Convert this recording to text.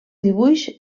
dibuix